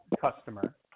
customer